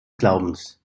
glaubens